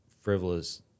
frivolous